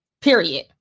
period